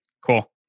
Cool